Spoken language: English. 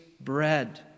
bread